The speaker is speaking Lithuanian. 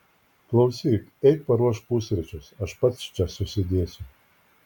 klausyk eik paruošk pusryčius aš pats čia susidėsiu